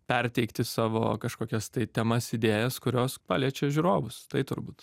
perteikti savo kažkokias tai temas idėjas kurios paliečia žiūrovus tai turbūt